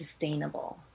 sustainable